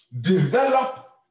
develop